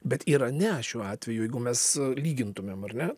bet irane šiuo atveju jeigu mes lygintumėm ar ne